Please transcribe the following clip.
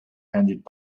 handed